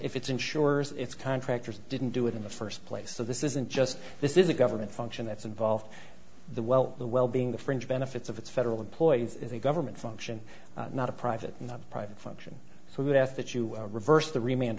if it's insurers its contractors didn't do it in the first place so this isn't just this is a government function that's involved the well the well being the fringe benefits of its federal employees is a government function not a private not private function so that that you reverse the remain